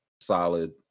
solid